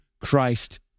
Christ